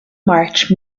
march